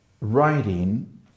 writing